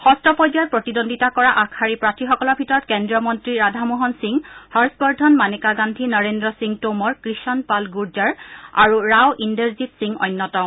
যষ্ঠ পৰ্যায়ত প্ৰতিদ্বন্দ্বিতা কৰা আগশাৰীৰ প্ৰাৰ্থীসকলৰ ভিতৰত কেন্দ্ৰীয় মন্ত্ৰী ৰাধা মোহন সিং হৰ্ষ বৰ্ধন মানেকা গান্ধী নৰেন্দ্ৰ সিং টোমৰ কৃষণ পাল গুৰ্জাৰ আৰু ৰাও ইন্দেৰজিং সিং অন্যতম